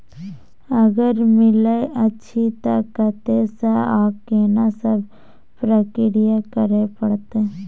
अगर मिलय अछि त कत्ते स आ केना सब प्रक्रिया करय परत?